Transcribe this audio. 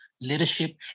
leadership